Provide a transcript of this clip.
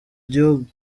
gihugu